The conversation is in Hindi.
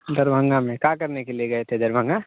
दरभंगा में का करने के लिए गए थे दरभंगा